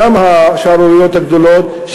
שם השערוריות הגדולות,